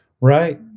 Right